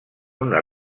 una